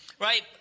Right